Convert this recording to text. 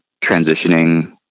transitioning